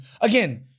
again